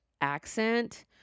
accent